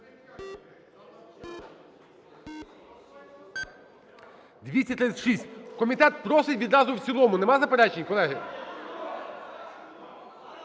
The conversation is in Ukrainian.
За-236 Комітет просить відразу в цілому. Нема заперечень, колеги?